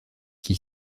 qui